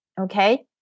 okay